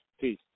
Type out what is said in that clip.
peace